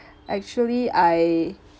actually I